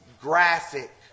graphic